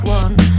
one